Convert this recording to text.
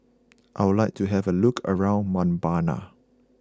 I would like to have a look around Mbabana